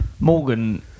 Morgan